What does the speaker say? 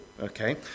okay